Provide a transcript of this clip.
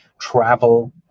travel